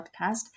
podcast